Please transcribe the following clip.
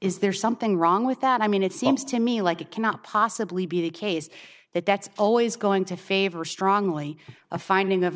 is there something wrong with that i mean it seems to me like it cannot possibly be the case that that's always going to favor strongly a finding of